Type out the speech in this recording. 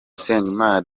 usengimana